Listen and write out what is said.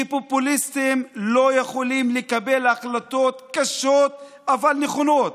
כי פופוליסטים לא יכולים לקבל החלטות קשות אבל נכונות